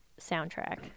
soundtrack